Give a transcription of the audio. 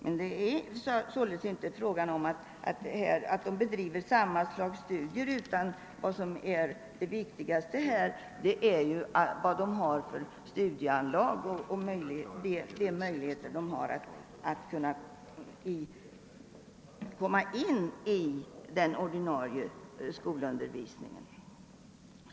Det avgörande är således icke att eleverna bedriver samma slags studier, utan del viktigaste är deras studieanlag och möjligheter att komma in i den ordinarie skolundervisningen.